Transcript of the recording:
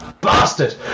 bastard